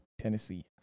Tennessee